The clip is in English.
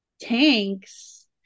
Tanks